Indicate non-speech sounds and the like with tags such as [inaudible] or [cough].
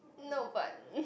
no but [noise]